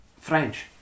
French